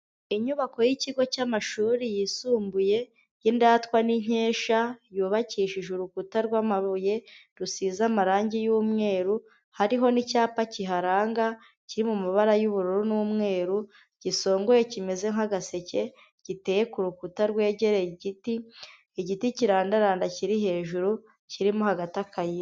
Inyubako y'ikigo cy'amashuri yisumbuye y'indatwa n'inkesha, yubakishije urukuta rw'amabuye, rusize amarangi y'umweru, hariho n'icyapa kiharanga, kiri mu mabara y'ubururu n'umweru, gisongoye kimeze nk'agaseke, giteye ku rukuta rwegereye igiti, igiti kirandaranda kiri hejuru, kirimo hagati akayira.